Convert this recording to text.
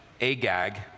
Agag